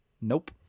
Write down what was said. Nope